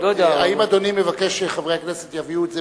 האם אדוני מבקש שחברי הכנסת יביאו את זה